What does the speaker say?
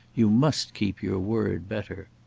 you must keep your word better.